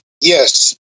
yes